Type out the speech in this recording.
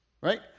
right